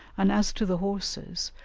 and as to the horses,